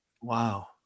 Wow